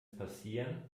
passieren